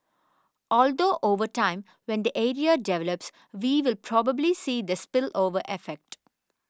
although over time when the area develops we will probably see the spillover effect